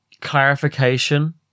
clarification